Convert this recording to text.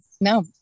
no